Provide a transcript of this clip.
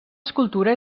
escultura